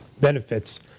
benefits